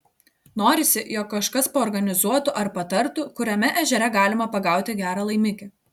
norisi jog kažkas paorganizuotų ar patartų kuriame ežere galima pagauti gerą laimikį